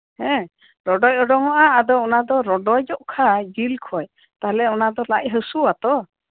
ᱦᱮᱸ ᱨᱚᱰᱚᱪ ᱩᱰᱩᱠᱚᱜᱼᱟ ᱟᱫᱚ ᱚᱱᱟ ᱫᱚ ᱨᱚᱰᱚᱪᱚᱜ ᱠᱷᱟᱹᱛᱤᱨ ᱡᱤᱞ ᱠᱷᱚᱡ ᱚᱱᱟ ᱫᱚ ᱞᱟᱡ ᱦᱟᱹᱥᱩ ᱟᱛᱚ